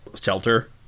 shelter